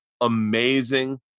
Amazing